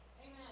Amen